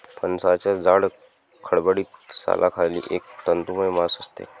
फणसाच्या जाड, खडबडीत सालाखाली एक तंतुमय मांस असते